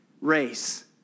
race